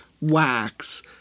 wax